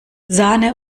sahne